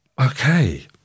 Okay